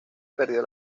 perdió